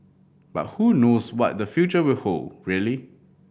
but who knows what the future will hold really